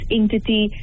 entity